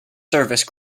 service